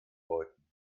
läuten